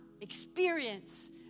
experience